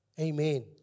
Amen